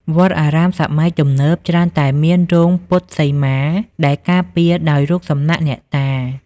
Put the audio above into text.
វត្តអារាមសម័យទំនើបច្រើនតែមាន រោងពុទ្ធសីមា ដែលការពារដោយរូបសំណាកអ្នកតា។